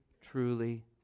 truly